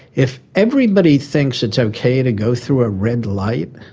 if everybody thinks it's okay to go through a red light,